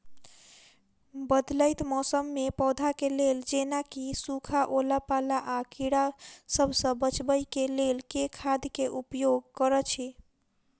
बदलैत मौसम मे पौधा केँ लेल जेना की सुखा, ओला पाला, आ कीड़ा सबसँ बचबई केँ लेल केँ खाद केँ उपयोग करऽ छी?